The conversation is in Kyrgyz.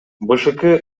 бшк